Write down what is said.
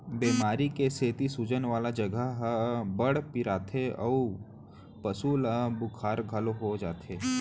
बेमारी के सेती सूजन वाला जघा ह बड़ पिराथे अउ पसु ल बुखार घलौ हो जाथे